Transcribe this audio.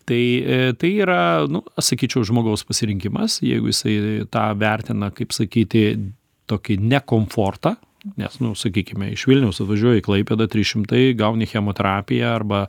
tai tai yra nu sakyčiau žmogaus pasirinkimas jeigu jisai tą vertina kaip sakyti tokį ne komfortą nes nu sakykime iš vilniaus atvažiuoji į klaipėdą trys šimtai gauni chemoterapiją arba